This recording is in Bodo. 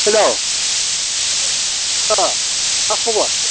हेल्ल' मा खबर